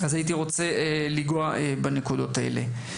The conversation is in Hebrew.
והייתי רוצה לגעת בנקודות האלה.